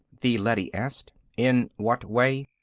the leady asked. in what way?